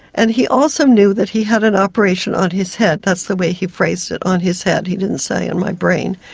and he also knew that he had an operation on his head, that's the way he phrased it, on his head, he didn't say on my brain.